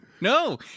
No